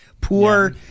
Poor